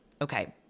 Okay